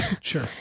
Sure